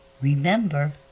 remember